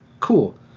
cool